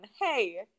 Hey